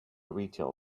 retail